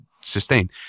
sustain